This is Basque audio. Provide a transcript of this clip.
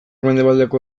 mendebaldeko